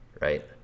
right